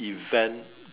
event